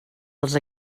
els